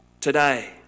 Today